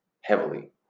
heavily